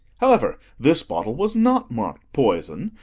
however, this bottle was not marked poison,